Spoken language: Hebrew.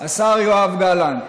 השר יואב גלנט,